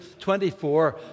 24